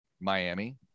Miami